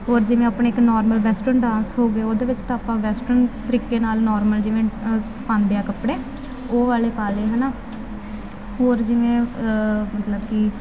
ਹੋਰ ਜਿਵੇਂ ਆਪਣੇ ਇੱਕ ਨੋਰਮਲ ਵੈਸਟਰਨ ਡਾਂਸ ਹੋ ਗਏ ਉਹਦੇ ਵਿੱਚ ਤਾਂ ਆਪਾਂ ਵੈਸਟਰਨ ਤਰੀਕੇ ਨਾਲ ਨੋਰਮਲ ਜਿਵੇਂ ਸ ਪਾਉਦੇ ਆ ਕੱਪੜੇ ਉਹ ਵਾਲੇ ਪਾ ਲਏ ਹੈ ਨਾ ਹੋਰ ਜਿਵੇਂ ਮਤਲਬ ਕਿ